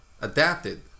Adapted